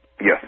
Yes